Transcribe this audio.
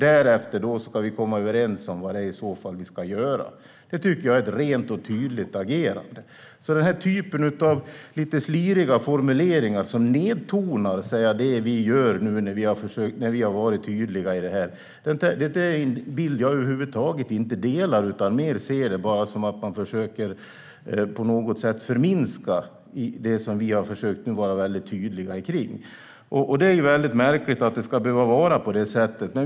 Därefter ska vi komma överens om vad vi i så fall ska göra. Det är ett rent och tydligt agerande. Jag vänder mig mot de lite sliriga formuleringar som nedtonar att vi har varit tydliga. Jag delar över huvud taget inte den bilden utan ser det som att man försöker förminska det vi har varit tydliga med. Det är märkligt att det ska behöva vara på det sättet.